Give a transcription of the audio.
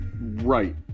Right